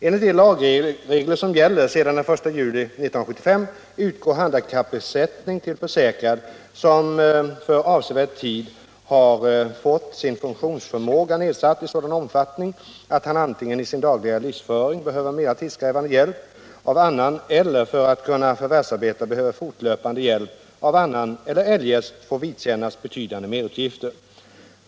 Enligt de lagregler som gäller sedan den 1 juli 1975 utgår handikappersättning till försäkrad som för avsevärd tid fått sin funktionsförmåga nedsatt i sådan omfattning att han antingen i sin dagliga livsföring behöver mera tidskrävande hjälp av annan eller för att kunna förvärvsarbeta behöver fortlöpande hjälp av annan eller eljest får vidkännas betydande merutgifter.